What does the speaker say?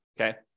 Okay